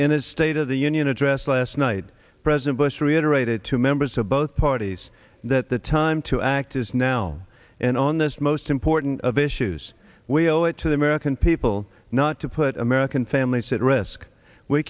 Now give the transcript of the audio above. his state of the union address last night president bush reiterated to members of both parties that the time to act is now and on this most important of issues will it to the american people not to put american families that risk we